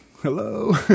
hello